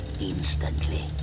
instantly